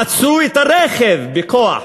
עצרו את הרכב בכוח,